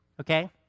okay